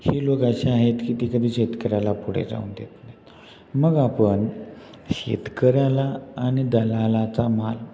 हे लोक असे आहेत की ते कधी शेतकऱ्याला पुढे जाऊ देत नाहीत मग आपण शेतकऱ्याला आणि दलालाचा माल